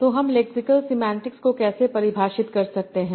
तो हम lexical semantics को कैसे परिभाषित कर सकते हैं